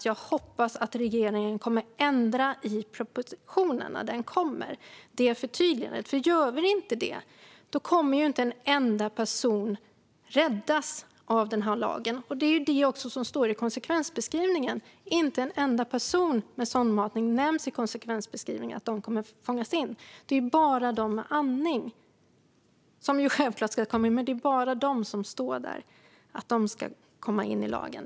Jag hoppas att regeringen kommer att ändra i propositionen, när den kommer, så att det förtydligas. Om det inte görs kommer inte en enda person att räddas av lagen, och det är också vad som står i konsekvensbeskrivningen. Där nämns inte en enda person med sondmatning som kommer att fångas in, utan det är bara de med andning som står med - att de ska komma in i lagen.